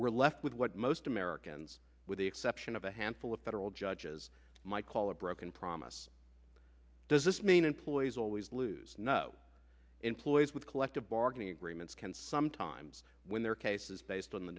were left with what most americans with the exception of a handful of federal judges might call a broken promise does this mean employees always lose no employees with collective bargaining agreements can sometimes when their case is based on the